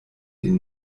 den